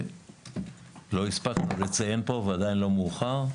לא הספקנו לציין פה, ועדיין לא מאוחר,